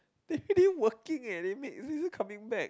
they didn't working eh they make coming back